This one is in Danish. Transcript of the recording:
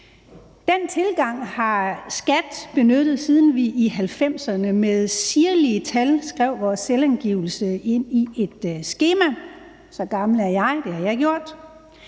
Den tilgang har skattestyrelsen benyttet, siden vi i 1990'erne med sirlige tal skrev vores selvangivelse ind i et skema – så gammel er jeg; det har jeg gjort